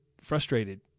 frustrated